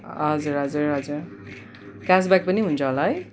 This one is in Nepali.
हजुर हजुर हजुर क्यासब्याक पनि हुन्छ होला है